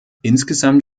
insgesamt